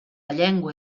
llengua